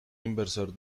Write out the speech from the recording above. inversor